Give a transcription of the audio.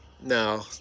no